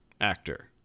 actor